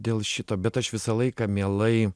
dėl šito bet aš visą laiką mielai